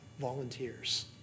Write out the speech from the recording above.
volunteers